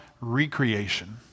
recreation